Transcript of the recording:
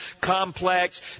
complex